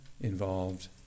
involved